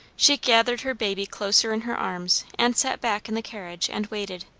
she gathered her baby closer in her arms, and sat back in the carriage and waited.